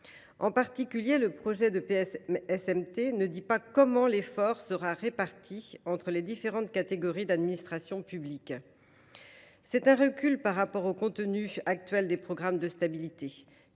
En particulier, ce projet ne précise pas comment l’effort sera réparti entre les différentes catégories d’administrations publiques. C’est un recul par rapport au contenu actuel des programmes de stabilité,